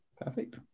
perfect